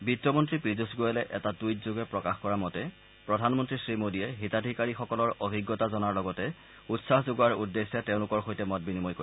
বিত্ত মন্ত্ৰী পীয়ুষ গোৱেলে এটা টুইটযোগে প্ৰকাশ কৰা মতে প্ৰধানমন্ত্ৰী শ্ৰীমোডীয়ে হিতাধিকাৰীসকলৰ অভিজতা জনাৰ লগতে উৎসাহ যোগোৱাৰ উদ্দেশ্যে তেওঁলোকৰ সৈতে মত বিনিময় কৰিব